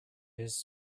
his